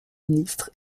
ministre